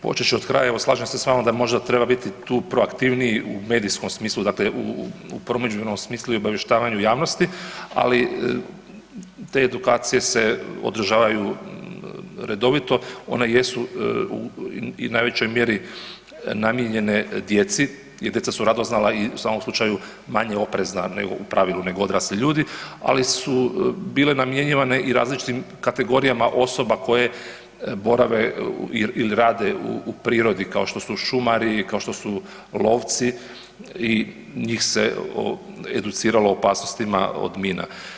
Počet ću od kraja, evo slažem se s vama da možda treba biti tu proaktivniji u medijskom smislu, dakle u promidžbenom smislu i obavještavanju javnosti, ali te edukacije se održavaju redovito, one jesu u najvećoj mjeri namijenjena djeci jer djeca su radoznala i u svakom slučaju manje oprezna nego u pravilu, nego odrasli ljudi, ali su bile namjenjivane i različitim kategorijama osoba koje borave ili rade u prirodi kao što su šumari, kao što su lovci i njih educiralo o opasnostima od mina.